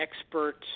experts